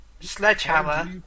Sledgehammer